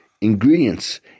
ingredients